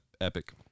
epic